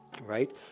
right